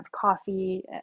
coffee